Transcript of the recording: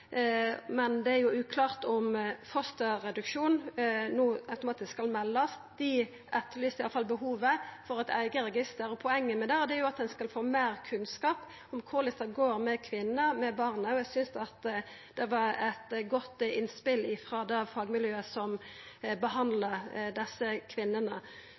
men det er uklart om fosterreduksjon no automatisk skal bli meld. Dei etterlyste i alle fall behovet for eit eige register. Poenget med det er at ein skal få meir kunnskap om korleis det går med kvinnene og med barna. Eg syntest det var eit godt innspel frå det fagmiljøet som behandlar desse kvinnene.